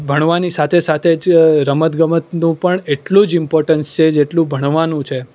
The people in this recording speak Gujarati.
ભણવાની સાથે સાથે જ રમત ગમતનું પણ એટલું જ ઇમ્પોર્ટન્સ છે જેટલું ભણવાનું છે